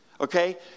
okay